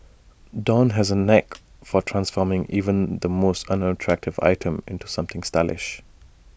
dawn has A knack for transforming even the most unattractive item into something stylish